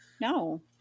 no